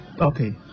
Okay